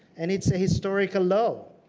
and it's a historical low.